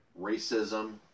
Racism